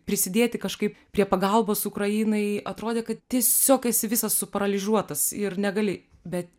prisidėti kažkaip prie pagalbos ukrainai atrodė kad tiesiog esi visas suparalyžiuotas ir negali bet